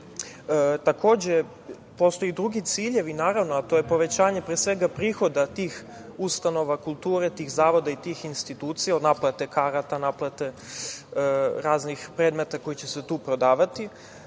bankom".Takođe, postoje drugi ciljevi, naravno, a to je povećanje, pre svega, prihoda tih ustanova kulture, tih zavoda i tih institucija od naplate karata, naplate raznih predmeta koji će se tu prodavati.